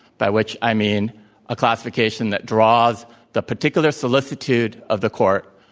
by which i mean a classification that draws the particular solicitude of the court,